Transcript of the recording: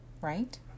right